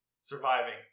surviving